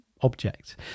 object